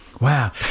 Wow